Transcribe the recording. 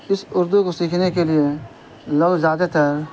اس اردو کو سیکھنے کے لیے لوگ زیادہ تر